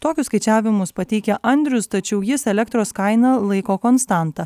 tokius skaičiavimus pateikia andrius tačiau jis elektros kainą laiko konstanta